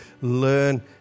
learn